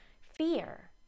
fear